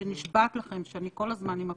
שנשבעת לכם שאני כל הזמן עם הפיצוח,